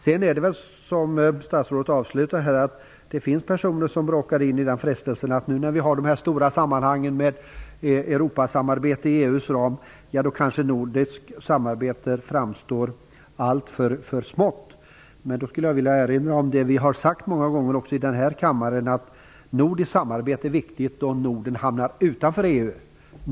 Sedan är det väl så - som statsrådet avslutningsvis säger - att det finns personer som råkar falla för frestelsen att tycka att nordiskt samarbete nu i de stora sammanhangen med Europasamarbete inom EU:s ram framstår som alltför smått. Men då skulle jag vilja erinra om vad vi många gånger har sagt, också i denna kammare, nämligen att nordiskt samarbete är viktigt om Norden hamnar utanför EU.